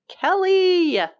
Kelly